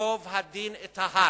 ייקוב הדין את ההר,